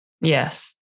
Yes